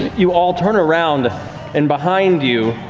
you all turn around and, behind you,